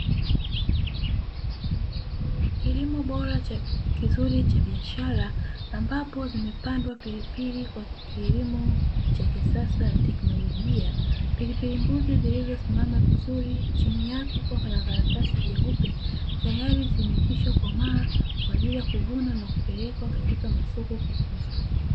Kilimo bora kizuri cha biashara ambapo zimepandwa pilipili kwa kilimo cha kisasa na teknolojia; pilipili mbuzi zilizosimama vizuri chini yake kukiwa kuna karatasi jeupe, tayari zimekwisha komaa kwa ajili ya kuvuna na kupelekwa katika masoko kuuzwa.